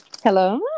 hello